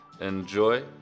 enjoy